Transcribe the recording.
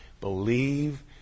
believe